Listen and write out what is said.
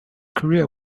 career